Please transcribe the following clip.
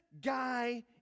guy